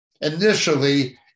Initially